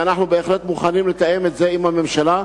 אנחנו בהחלט מוכנים לתאם את זה עם הממשלה.